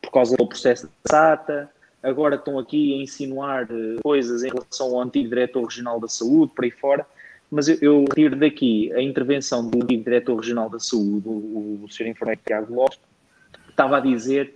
por causa do processo de SATA. Agora estão aqui a insinuar, eh, coisas em relação ao antigo diretor regional da saúde, por aí fora. Mas eu- eu retiro daqui a intervenção do antigo diretor regional da saúde, o- o Sr. Infante Tiago Lopes, que estava a dizer